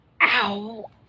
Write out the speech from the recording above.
Ow